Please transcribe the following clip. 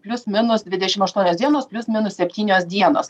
plius minus dvidešim aštuonios dienos plius minus septynios dienos